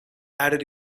added